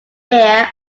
heir